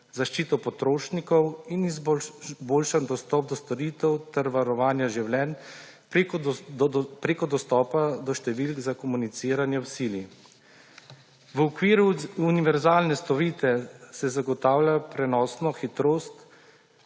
zaščita potrošnikov in izboljšan dostop do storitev ter varovanje življenj preko dostopa do številk za komunikacije v sili. V okviru univerzalne storitve se zagotavlja prenosno hitrost,